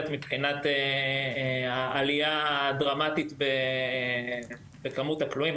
מבחינת העלייה הדרמטית בכמות הכלואים.